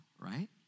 right